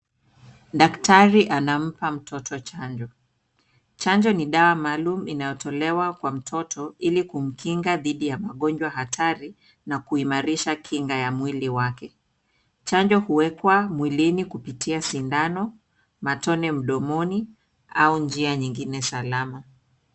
Daktari anampa mtoto chanjo. Chanjo ni dawa maalum inayotolewa kwa mtoto ili kumkinga dhidi ya magonjwa hatari na kuimarisha kinga wa mwili wake. Chanjo huwekwa mwilini kupitia sindano, matone mdomoni au njia ntingine salama.